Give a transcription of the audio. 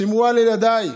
שמרו על ילדיי.